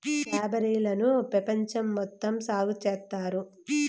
strawberry లను పెపంచం మొత్తం సాగు చేత్తారు